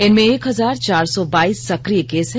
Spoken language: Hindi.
इनमें एक हजार चार सौ बाइस सक्रिय केस हैं